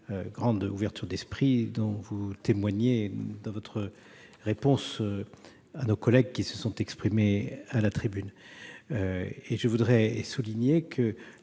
grande ouverture d'esprit dont vous avez témoigné dans votre réponse à mes collègues qui se sont exprimés à la tribune. Je veux souligner que